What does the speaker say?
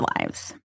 lives